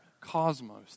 cosmos